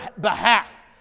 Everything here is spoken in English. behalf